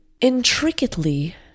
intricately